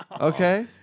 Okay